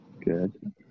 Good